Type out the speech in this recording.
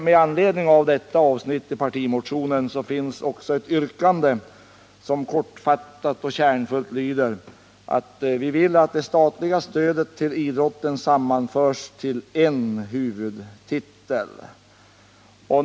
Med anledning av detta avsnitt i partimotionen finns också ett yrkande som kortfattat och kärnfullt lyder att moderata samlingspartiet vill ”att det statliga stödet till idrotten sammanförs till en huvudtitel”.